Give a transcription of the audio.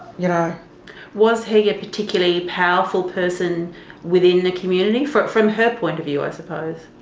you know was he a particularly powerful person within the community, from from her point of view i suppose?